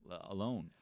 alone